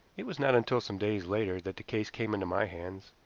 it was not until some days later that the case came into my hands,